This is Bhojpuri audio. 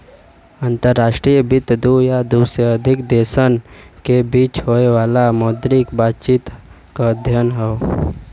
अंतर्राष्ट्रीय वित्त दू या दू से अधिक देशन के बीच होये वाला मौद्रिक बातचीत क अध्ययन हौ